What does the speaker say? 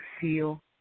feel